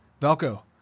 Valco